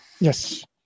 Yes